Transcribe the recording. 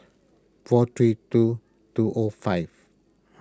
four three two two O five